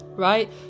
Right